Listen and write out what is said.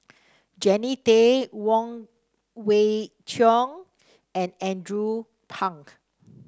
Jannie Tay Wong Kwei Cheong and Andrew Phank